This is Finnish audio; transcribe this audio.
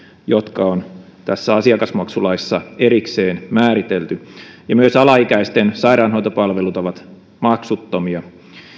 jotka on asiakasmaksulaissa erikseen määritelty ja myös alaikäisten sairaanhoitopalvelut ovat maksuttomia